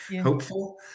hopeful